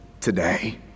today